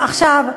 עכשיו,